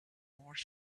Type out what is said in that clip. more